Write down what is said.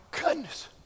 goodness